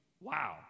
wow